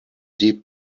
deep